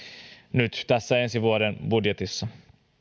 nyt tässä ensi vuoden budjetissa